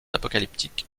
apocalyptique